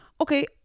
Okay